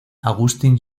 augustine